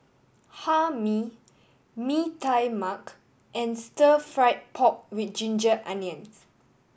Hae Mee Mee Tai Mak and Stir Fried Pork With Ginger Onions